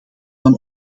van